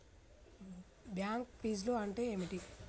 Bank ఫీజ్లు అంటే ఏమిటి?